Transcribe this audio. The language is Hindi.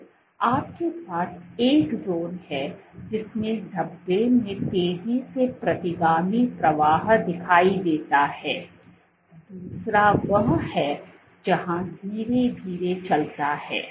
तो आपके पास एक ज़ोन है जिसमें धब्बों में तेजी से प्रतिगामी प्रवाह दिखाई देता है दूसरा वह है जहाँ धीरे धीरे चलता है